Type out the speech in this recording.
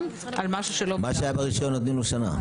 על משהו- -- מה שהיה ברישון נותנים שנה.